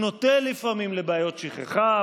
שנוטה לפעמים לבעיות שכחה,